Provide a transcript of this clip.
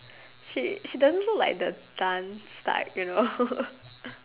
she she doesn't look like the dance type you know